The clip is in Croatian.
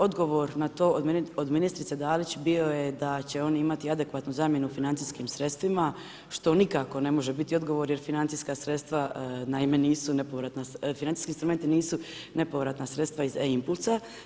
Odgovor na to od ministrice Dalić bio je da će oni imati adekvatnu zamjenu financijskim sredstvima što nikako ne može biti odgovor, jer financijska sredstva naime nisu, financijski instrumenti nisu nepovratna sredstva iz e-impulsa.